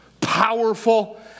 powerful